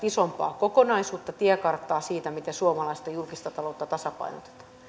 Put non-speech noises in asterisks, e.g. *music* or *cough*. *unintelligible* isompaa rakennepoliittista kokonaisuutta tiekarttaa siitä miten suomalaista julkista taloutta tasapainotetaan